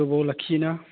गोबाव लाखियोना